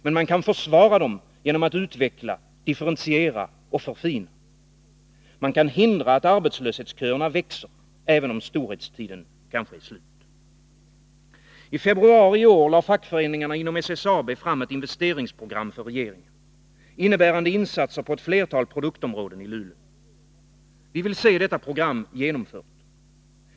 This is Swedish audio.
Men man kan försvara dem genom att utveckla, differentiera och förfina. Man kan hindra att arbetslöshetsköerna växer, även om storhetstiden kanske är slut. I februari i år lade fackföreningarna inom SSAB fram ett investeringsprogram för regeringen, innebärande insatser på ett flertal produktområden i Luleå. Vi vill se detta program genomfört.